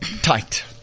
tight